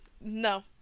no